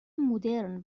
مدرن